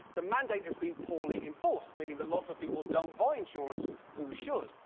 the mandate has been poorly enforced, meaning that lots of people don't buy insurance who should.